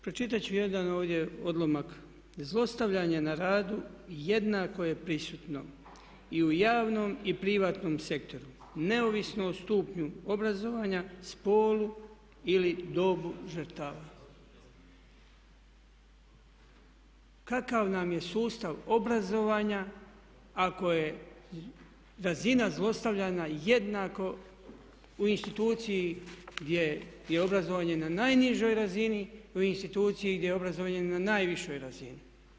Pročitat ću jedan ovdje odlomak, „Zlostavljanje na radu jednako je prisutno i u javnom i privatnom sektoru, neovisno o stupnju obrazovanja, spolu ili dobu žrtava.“ Kakav nam je sustav obrazovanja ako je razina zlostavljanja jednako u instituciji gdje je obrazovanje na najnižoj razini ili u instituciji gdje je obrazovanje na najvišoj razini?